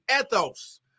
ethos